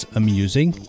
amusing